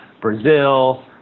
Brazil